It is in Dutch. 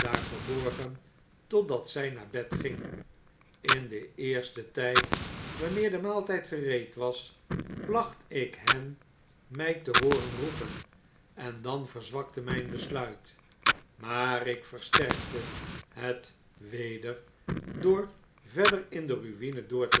verborgen totdat zy naar bed ging in den eersten tyd wanneer de maaltijd gereed'was plachtikhen mij te hooren roepen en dan verzwakte mijn besluit maar ik versterkte het weder door verder in de ruine door